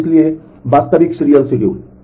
और इसलिए वास्तविक सीरियल शेड्यूल